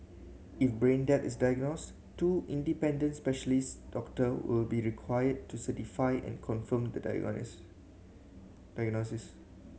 if brain death is diagnosed two independent specialist doctor will be required to certify and confirm the diagnosis